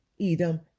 Edom